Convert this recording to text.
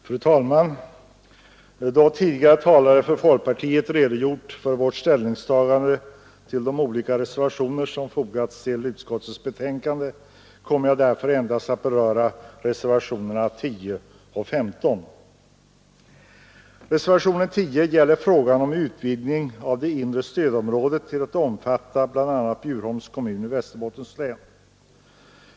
Fru talman! Då tidigare talare från folkpartiet redogjort för vårt ställningstagande i flera av de reservationer som fogats till utskottets betänkande kommer jag endast att beröra reservationerna 10 och 15. Reservationen 10 gäller frågan om utvidgning av det inre stödområdet till att omfatta bl.a. Bjurholms kommun i Västerbottens län.